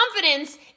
confidence